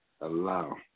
Allow